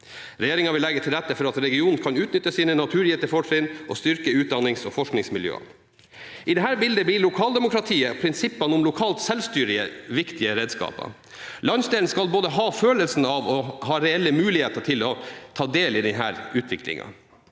Regjeringen vil legge til rette for at regionen kan utnytte sine naturgitte fortrinn og styrke utdannings- og forskningsmiljøene. I dette bildet blir lokaldemokratiet og prinsippene om lokalt selvstyre viktige redskaper. Landsdelen skal både ha følelsen av og ha reelle muligheter til å ta del i denne utviklingen.